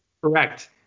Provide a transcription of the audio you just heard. Correct